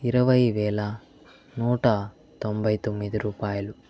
ఇరవై వేల నూట తొంభై తొమ్మిది రూపాయలు